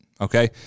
Okay